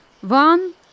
One